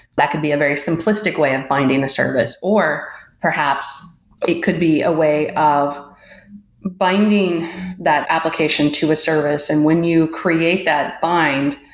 that could be a very simplistic way of binding a service, or perhaps it could be a way of binding that application to a service. and when you create that bind,